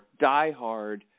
diehard